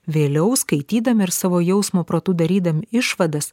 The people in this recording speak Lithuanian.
vėliau skaitydami ir savo jausmo protu darydami išvadas